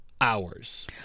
hours